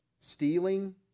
stealing